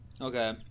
Okay